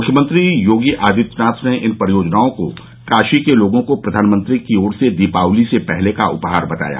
मुख्यमंत्री योगी आदित्यानाथ ने इन परियोजनाओं को काशी के लोगों को प्रधानमंत्री की ओर से दीपावली से पहले का उपहार बताया